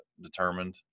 determined